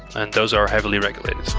and those are heavily regulated.